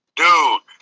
dude